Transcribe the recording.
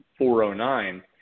409